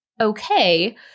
okay